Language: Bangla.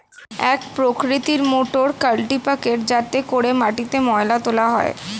এক প্রকৃতির মোটর কাল্টিপ্যাকের যাতে করে মাটিতে ময়লা তোলা হয়